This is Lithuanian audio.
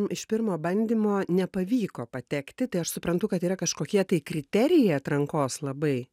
iš pirmo bandymo nepavyko patekti tai aš suprantu kad yra kažkokie tai kriterijai atrankos labai